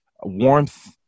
warmth